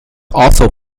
also